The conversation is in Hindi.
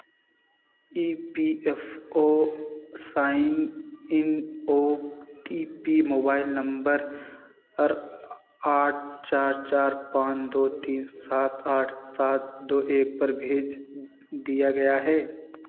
E P F O sign in O T P mobile number अर आठ चार चार पाँच दो तीन सात आठ सात दो एक पर भेज दिया गया है